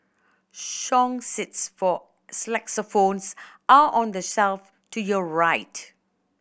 song sheets for are on the shelf to your right